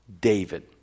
David